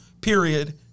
period